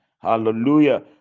hallelujah